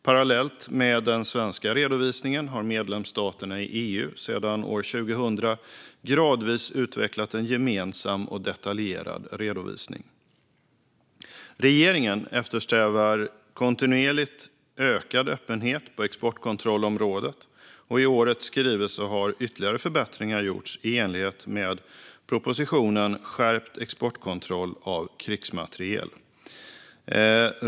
Parallellt med den svenska redovisningen har medlemsstaterna i EU sedan 2000 gradvis utvecklat en gemensam och detaljerad redovisning. Regeringen eftersträvar kontinuerligt ökad öppenhet på exportkontrollområdet. I årets skrivelse har ytterligare förbättringar gjorts i enlighet med propositionen Skärpt exportkontroll av krigsmateriel .